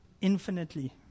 infinitely